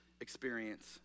experience